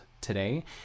today